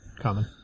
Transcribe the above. Common